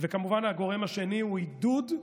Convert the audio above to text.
וכמובן, הגורם השני הוא עידוד,